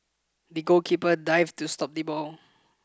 the goalkeeper dived to stop the ball